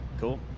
Cool